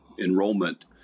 Enrollment